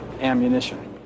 ammunition